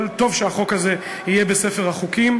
אבל טוב שהחוק הזה יהיה בספר החוקים.